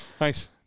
nice